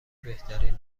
بهترین